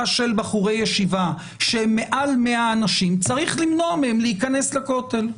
של בחורי ישיבה שהם מעל 100 אנשים צריך למנוע מהם להיכנס לכותל.